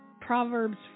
Proverbs